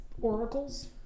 oracles